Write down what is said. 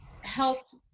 helped